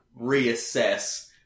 reassess